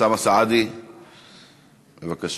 אוסאמה סעדי, בבקשה.